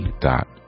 dot